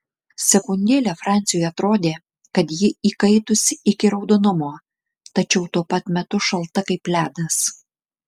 sekundėlę franciui atrodė kad ji įkaitusi iki raudonumo tačiau tuo pat metu šalta kaip ledas